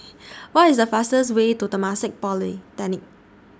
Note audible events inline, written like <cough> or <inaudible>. <noise> What IS The fastest Way to Temasek Polytechnic